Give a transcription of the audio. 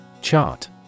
Chart